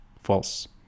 False